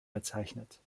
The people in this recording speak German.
bezeichnet